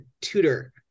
tutor